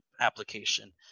application